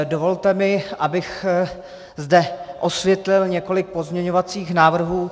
Dovolte mi, abych zde vysvětlil několik pozměňovacích návrhů.